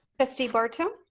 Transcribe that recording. trustee barto.